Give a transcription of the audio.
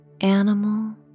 animal